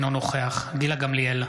אינו נוכח גילה גמליאל,